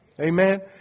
Amen